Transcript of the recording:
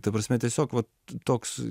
ta prasme tiesiog vat toks